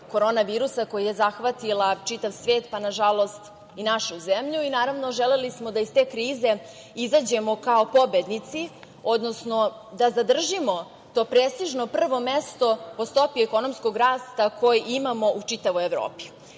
korona virusa koja je zahvatila čitav svet, pa nažalost i našu zemlju. Naravno, želeli smo da iz te krize izađemo kao pobednici, odnosno da zadržimo to prestižno prvo mesto po stopi ekonomskog rasta koji imamo u čitavoj Evropi. Ja